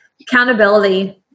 accountability